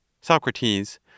Socrates